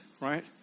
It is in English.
right